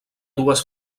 dues